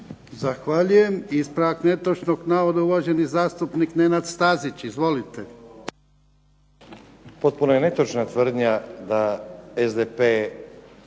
Zahvaljujem. Ispravak netočnog navoda uvaženi zastupnik Nenad Stazić. Izvolite.